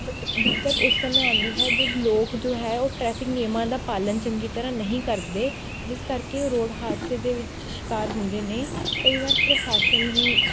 but ਦਿੱਕਤ ਉਸ ਸਮੇਂ ਆਉਂਦੀ ਹੈ ਜਦੋਂ ਲੋਕ ਜੋ ਹੈ ਉਹ ਟ੍ਰੈਫ਼ਿਕ ਨਿਯਮਾਂ ਦਾ ਪਾਲਣ ਚੰਗੀ ਤਰ੍ਹਾਂ ਨਹੀਂ ਕਰਦੇ ਜਿਸ ਕਰਕੇ ਉਹ ਰੋਡ ਹਾਦਸੇ ਦੇ ਵਿੱਚ ਸ਼ਿਕਾਰ ਹੁੰਦੇ ਨੇ ਕਈ ਵਾਰ ਪ੍ਰਸ਼ਾਸਨ ਵੀ